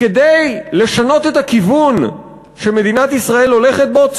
כדי לשנות את הכיוון שמדינת ישראל הולכת בו,